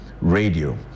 Radio